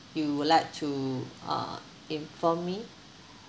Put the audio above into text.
you would like to uh inform me